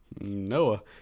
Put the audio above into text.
Noah